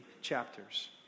chapters